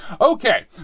Okay